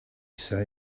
say